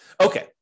Okay